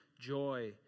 joy